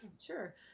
sure